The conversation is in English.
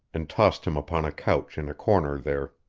and tossed him upon a couch in a corner there.